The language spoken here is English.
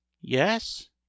yes